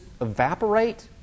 evaporate